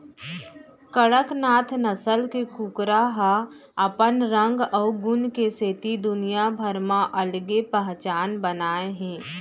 कड़कनाथ नसल के कुकरा ह अपन रंग अउ गुन के सेती दुनिया भर म अलगे पहचान बनाए हे